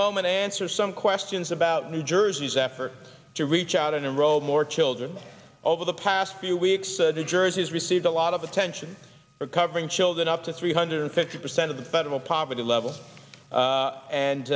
moment to answer some questions about new jersey's efforts to reach out and enroll more children over the past few weeks the jerseys received a lot of attention for covering children up to three hundred fifty percent of the federal poverty level